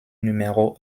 numéro